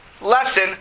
lesson